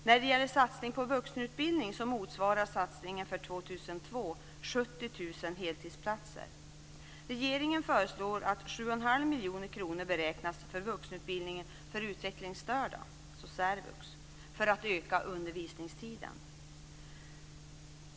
När det gäller vuxenutbildning föreslås en satsning för 2002 motsvarande 70 000 heltidsplatser.